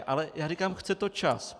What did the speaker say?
Ale já říkám, chce to čas.